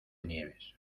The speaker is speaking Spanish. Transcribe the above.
nieves